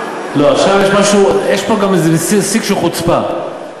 יש פה גם איזה סוג של חוצפה,